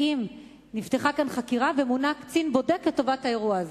האם נפתחה כאן חקירה ומונה קצין בודק לטובת האירוע הזה?